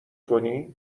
کنی